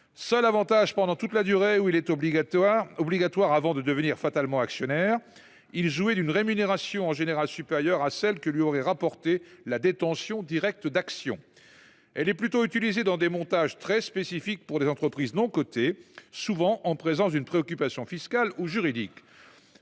Seul avantage pendant toute la durée où il est obligataire avant de devenir fatalement actionnaire, [le souscripteur] jouit d’une rémunération en général supérieure à celle que lui aurait rapportée la détention directe d’actions. Elle est plutôt utilisée dans des montages très spécifiques pour des entreprises non cotées, souvent en présence d’une préoccupation fiscale ou juridique.